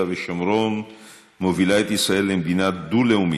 ושומרון מובילה את ישראל למדינה דו-לאומית,